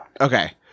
Okay